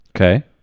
Okay